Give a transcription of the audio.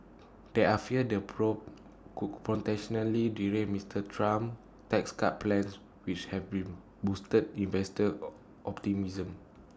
there are fears the probe could potentially derail Mister Trump's tax cut plans which have bring boosted investor optimism